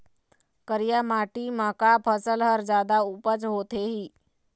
करिया माटी म का फसल हर जादा उपज होथे ही?